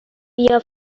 بیا